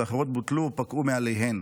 ואחרות בוטלו או פקעו מאליהן.